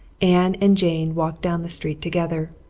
anne and jane walked down the street together.